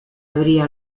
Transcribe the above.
abría